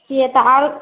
से तऽ आउ